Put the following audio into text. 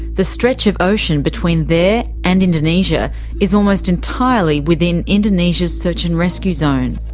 the stretch of ocean between there and indonesia is almost entirely within indonesia's search and rescue zone.